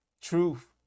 truth